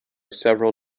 several